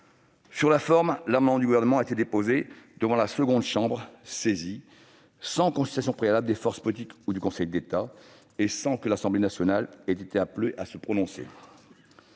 Sur la forme, l'amendement du Gouvernement a été déposé devant la seconde chambre saisie, sans consultation préalable des forces politiques ou du Conseil d'État et sans que l'Assemblée nationale ait été appelée à se prononcer.